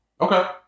Okay